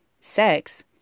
sex